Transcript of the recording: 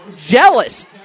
Jealous